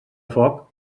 foc